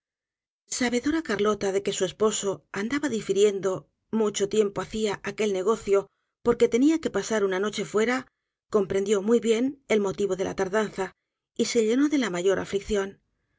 sabedora carlota de que su esposo andaba difiriendo mucho tiempo hacia aquel negocio porque tenia que pasar una noche fuera comprendió muy bien el motivo de la tardanza y se llenó de la mayor aflicción